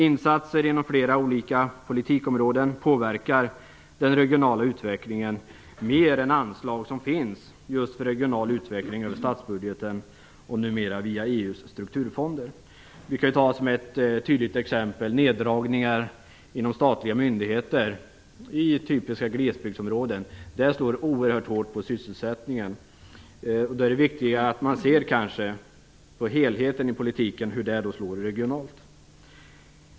Insatser inom flera olika politikområden påverkar den regionala utvecklingen mer än anslag som finns för regional utveckling över statsbudgeten och numera via EU:s strukturfonder. Som ett tydligt exempel kan vi ta neddragningar inom statliga myndigheter i typiska glesbygdsområden. Det slår oerhört hårt mot sysselsättningen. Då är det viktigare att man ser på helheten i politiken, hur det slår regionalt.